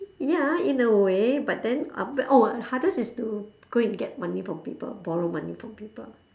ya in a way but then oh hardest is to go and get money from people borrow money from people